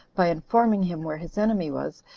by informing him where his enemy was,